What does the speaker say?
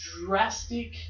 drastic